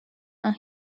and